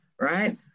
right